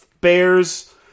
bears